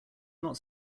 not